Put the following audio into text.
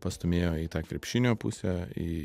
pastūmėjo į tą krepšinio pusę į